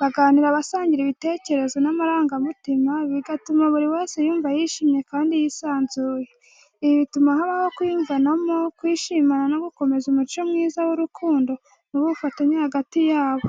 Baganira, basangira ibitekerezo n’amarangamutima, bigatuma buri wese yumva yishimye kandi yisanzuye. Ibi bituma habaho kwiyumvanamo, kwishimana no gukomeza umuco mwiza w’urukundo n’ubufatanye hagati yabo.